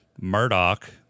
Murdoch